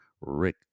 rick